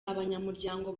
abanyamuryango